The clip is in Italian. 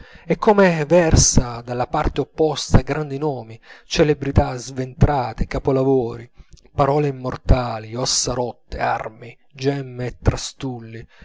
e come versa dalla parte opposta grandi nomi celebrità sventrate capolavori parole immortali ossa rotte armi gemme